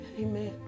Amen